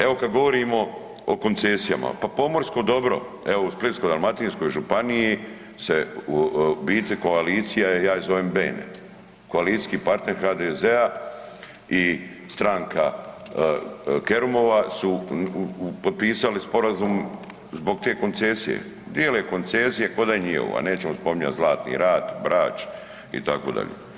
Evo kad govorimo o koncesijama pa pomorsko dobro, evo u Splitsko-dalmatinskoj županiji se u biti koalicija ja je zovem „bene“ koalicijski partner HDZ-a i stranka Kerumova su potpisali sporazum zbog te koncesije, dijele koncesije ko da je njiovo, a nećemo spominjat Zlatni rat, Brač itd.